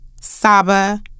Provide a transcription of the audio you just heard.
Saba